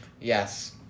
Yes